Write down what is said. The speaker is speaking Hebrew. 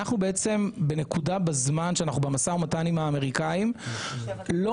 אנחנו בעצם בנקודה בזמן שאנחנו במשא-ומתן עם האמריקנים לא